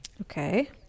Okay